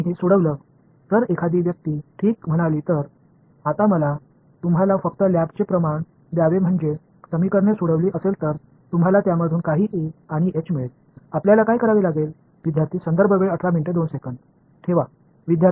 இதை நாம் தீர்த்தவுடன் அதாவது யாராவது சரி என்று நான் சொன்னால் இப்போது ஆய்வக அளவை எனக்குக் கொடுங்கள் நீங்கள் செய்ய வேண்டியதெல்லாம் இந்த சமன்பாடுகளை நீங்கள் தீர்க்கிறீர்கள் அதில் இருந்து சில E மற்றும் H கிடைத்தது